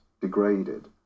degraded